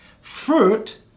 fruit